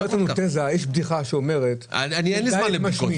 יש בדיחה שאומרת --- אין לי זמן לבדיחות,